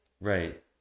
Right